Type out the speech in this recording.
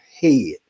head